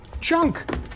junk